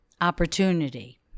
opportunity